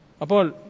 Apol